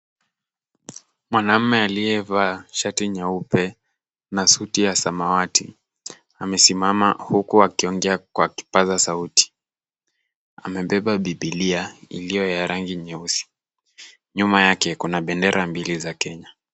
Mwanamume aliyevaa shati nyeupe na suti ya samawati amesimama huku akiongea kwa kipaza sauti. Amebeba Biblia iliyo ya rangi nyeusi. Nyuma yake kuna bendera mbili za Kenya.